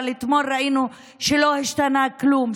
אבל אתמול ראינו שלא השתנה כלום.